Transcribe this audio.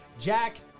Jack